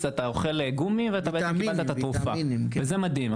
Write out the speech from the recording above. אתה אוכל גומי ובעצם אתה נתת תרופה, וזה מדהים.